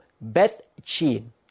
Beth-Chin